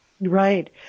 Right